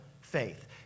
faith